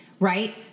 Right